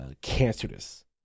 cancerous